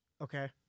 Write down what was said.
Okay